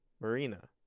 Marina